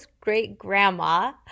great-grandma